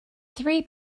three